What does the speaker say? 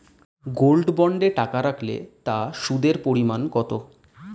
Gold বন্ডে টাকা রাখলে তা সুদের পরিমাণ কত?